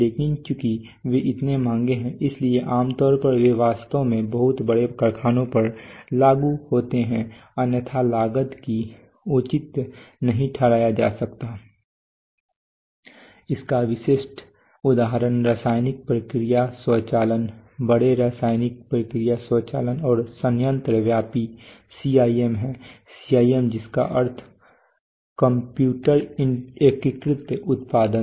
लेकिन चूंकि वे इतने महंगे हैं इसलिए आम तौर पर वे वास्तव में बहुत बड़े कारखानों पर लागू होते हैं अन्यथा लागत को उचित नहीं ठहराया जा सकता है और इसका विशिष्ट उदाहरण रासायनिक प्रक्रिया स्वचालन बड़े रासायनिक प्रक्रिया स्वचालन और संयंत्र व्यापी CIM है CIM जिसका अर्थ कंप्यूटर एकीकृत उत्पादन